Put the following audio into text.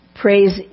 praise